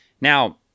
Now